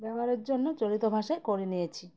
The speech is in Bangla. ব্যবহারের জন্য চলিত ভাষায় করে নিয়েছি